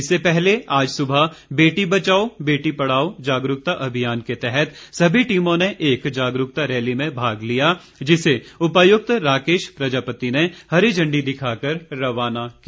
इससे पहले आज सुबह बेटी बचाओ बेटी पढ़ाओ जागरूकता अभियान के तहत सभी टीमों ने एक जागरूकता रैली में भाग लिया जिसे उपायुक्त राकेश प्रजापति ने हरी झंडी दिखाकर रवाना किया